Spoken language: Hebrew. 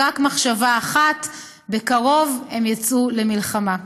רק מחשבה אחת: בקרוב הם יצאו למלחמה.